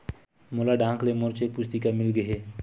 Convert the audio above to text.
मोला डाक ले मोर चेक पुस्तिका मिल गे हे